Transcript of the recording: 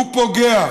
הוא פוגע,